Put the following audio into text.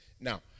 Now